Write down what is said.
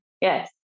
Yes